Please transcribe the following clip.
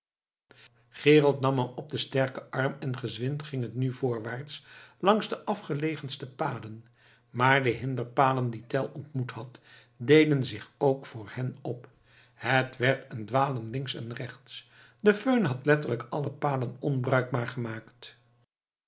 gerold nam hem op den sterken arm en gezwind ging het nu voorwaarts langs de afgelegenste paden maar de hinderpalen die tell ontmoet had deden zich ook voor hen op het werd een dwalen links en rechts de föhn had letterlijk alle paden onbruikbaar gemaakt